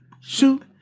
shoot